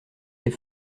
les